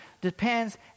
depends